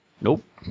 Nope